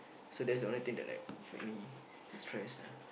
so that's the only thing that like make me stress ah